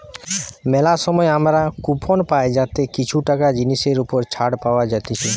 মেলা সময় আমরা কুপন পাই যাতে কিছু টাকা জিনিসের ওপর ছাড় পাওয়া যাতিছে